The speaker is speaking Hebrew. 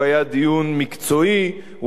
הוא היה דיון מקצועי,